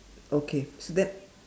okay then